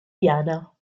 diana